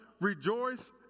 rejoice